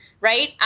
Right